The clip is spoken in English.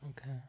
Okay